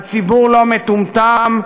והציבור לא מטומטם,